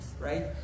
right